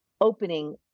opening